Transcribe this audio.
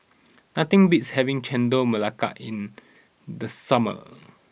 nothing beats having Chendol Melaka in the summer